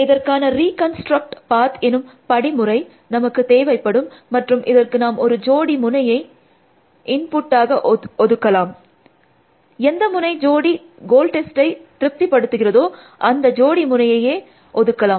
இதற்காக reconstruct path எனும் படிமுறை நமக்கு தேவைப்படும் மற்றும் இதற்கு நாம் ஒரு ஜோடி முனையை இன்புட்டாக ஒதுக்கலாம் எந்த முனை ஜோடி கோல் டெஸ்ட்டை திருப்திப்படுத்துகிறதோ அந்த ஜோடி முனையையே ஒதுக்கலாம்